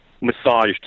massaged